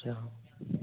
अच्छा